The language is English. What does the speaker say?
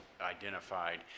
identified